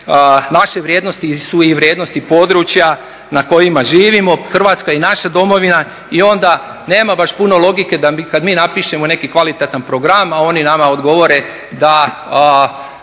naše vrijednosti su i vrijednosti područja na kojima živimo. Hrvatska je i naša domovina i onda nema baš puno logike da kad mi napišemo neki kvalitetan program a oni nama odgovore da